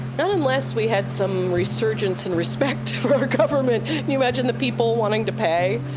not unless we had some resurgence in respect for our government. can you imagine the people wanting to pay,